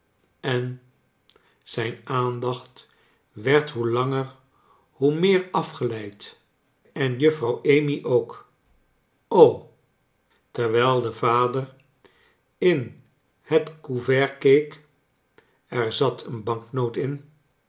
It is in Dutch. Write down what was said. en zijn aandacht werd hoe langer hoe meer afgeleid en juffrouw amy ook terwijl de vader in het convert keek er za't een banknoot in